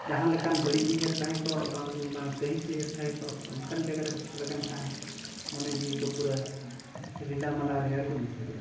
ᱡᱟᱦᱟᱸ ᱞᱮᱠᱟᱱ ᱵᱟᱹᱲᱤᱡ ᱩᱭᱦᱟᱹᱨ ᱛᱟᱦᱮᱸ ᱠᱚᱜ ᱵᱟᱝ ᱠᱟᱺᱦᱤᱥᱼᱵᱮᱡᱟᱨ ᱛᱟᱦᱮᱸ ᱠᱚᱜ ᱚᱱᱠᱟᱢ ᱡᱟᱭᱜᱟᱨᱮᱢ ᱥᱮᱴᱮᱨ ᱟᱠᱟᱱ ᱠᱷᱟᱱ ᱢᱚᱱᱮ ᱡᱤᱣᱤ ᱠᱚ ᱯᱩᱨᱟᱹ ᱨᱤᱞᱟᱹᱢᱟᱞᱟ ᱨᱮᱭᱟᱲᱜᱮᱢ ᱵᱩᱡᱷᱟᱹᱣ ᱮᱱᱟ